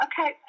okay